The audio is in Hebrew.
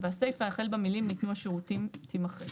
והסיפה החל במילים "ניתנו השירותים" - תימחק.